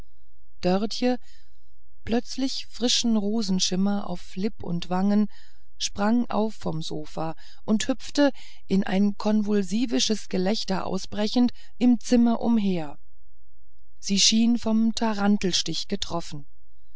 dörtje plötzlich frischen rosenschimmer auf lipp und wangen sprang auf vom sofa und hüpfte in ein konvulsivisches gelächter ausbrechend im zimmer umher sie schien vom tarantelstich getroffen